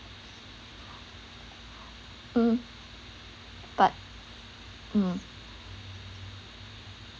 um but mm